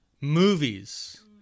movies